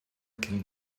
can